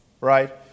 right